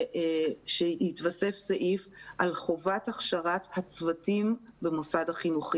ושיתווסף סעיף על חובת הכשרת הצוותים במוסד החינוכי.